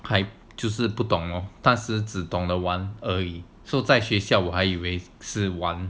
还就是不懂 loh 当时只懂得玩而已在学校我还以为是玩